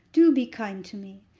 do be kind to me.